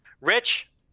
Rich